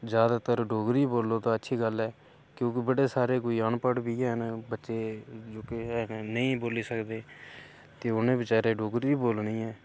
ज्यादातर डोगरी बोलो तां अच्छी गल्ल ऐ क्योंकि बड़े सारे कोई अनपढ़ बी हैन न बच्चे जो के ऐ न नेईं बोली सकदे ते उनें बेचारे डोगरी गै बोलनी ऐ